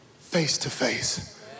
face-to-face